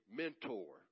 mentor